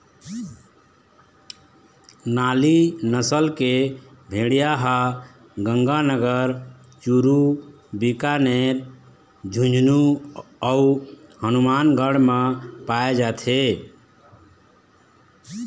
नाली नसल के भेड़िया ह गंगानगर, चूरू, बीकानेर, झुंझनू अउ हनुमानगढ़ म पाए जाथे